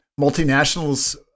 Multinationals